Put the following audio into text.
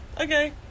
Okay